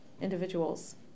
individuals